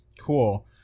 Cool